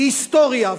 היא היסטוריה,